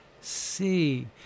see